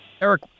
Eric